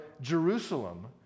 Jerusalem